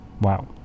wow